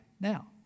now